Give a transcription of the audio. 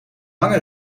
lange